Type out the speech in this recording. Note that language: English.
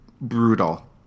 brutal